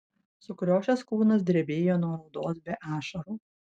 sukriošęs kūnas drebėjo nuo raudos be ašarų